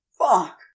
Fuck